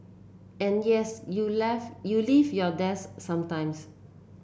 and yes you left you leave your desk sometimes